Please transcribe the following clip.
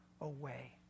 away